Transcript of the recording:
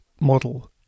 model